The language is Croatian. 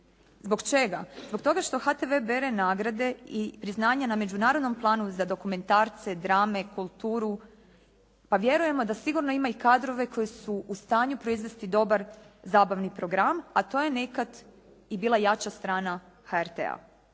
Zbog čega? Zbog toga što HTV bere nagrade i priznanja na međunarodnom planu za dokumentarce, drame, kulturu, pa vjerujemo da sigurno ima i kadrove koji su u stanju proizvesti dobar zabavni program, a to je nekad i bila jača strana HRT-a.